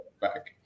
back